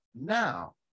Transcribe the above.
now